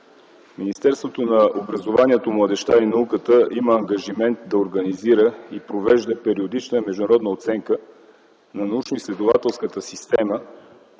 Министерството на образованието, младежта и науката има ангажимент да организира и провежда периодична международна оценка на научноизследователската система,